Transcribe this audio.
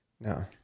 No